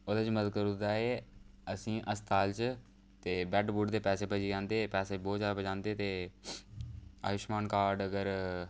ओह्दे च मदद करी उड़दा एह् असेंई हस्पताल च ते बैड बुड दे पैसे बची जांदे पैसे बोह्त ज्यादा बचांदे ते आयुशमान कार्ड अगर